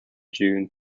june